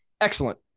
Excellent